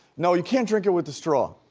no, you can't drink it with a straw.